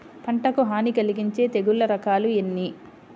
పంటకు హాని కలిగించే తెగుళ్ళ రకాలు ఎన్ని?